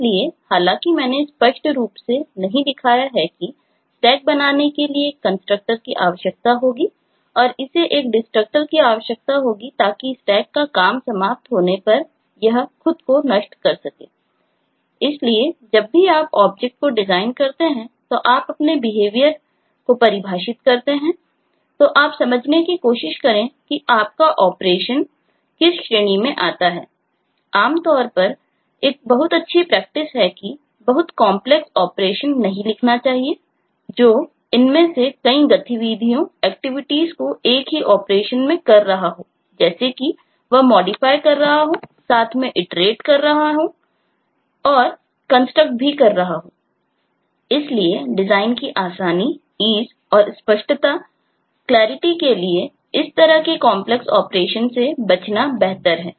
इसलिए हालांकि मैंने स्पष्ट रूप से नहीं दिखाया है कि Stack बनाने के लिए एक कंस्ट्रक्टर से बचना बेहतर है